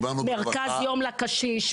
מרכז יום לקשיש.